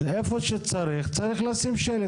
איפה שצריך, צריך לשים שלט.